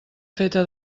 feta